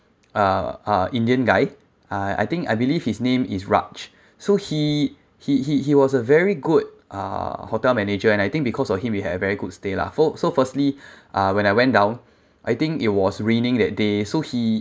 uh uh indian guy I I think I believe his name is raj so he he he he was a very good uh hotel manager and I think because of him we had a very good stay lah so firstly uh when I went down I think it was raining that day so he